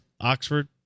Oxford